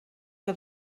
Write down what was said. que